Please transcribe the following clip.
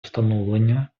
встановлення